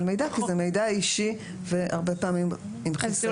מידע כי זה מידע אישי והרבה פעמים עם חיסיון.